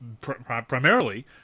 primarily